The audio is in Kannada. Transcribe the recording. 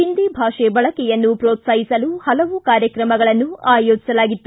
ಹಿಂದಿ ಭಾಷೆ ಬಳಕೆಯನ್ನು ಪ್ರೋತ್ಲಾಹಿಸಲು ಹಲವು ಕಾರ್ಯಕ್ರಮಗಳನ್ನು ಆಯೋಜಿಸಲಾಗಿತ್ತು